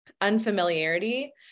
unfamiliarity